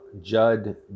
Judd